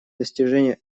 достижению